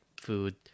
food